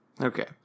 Okay